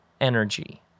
energy